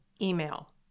email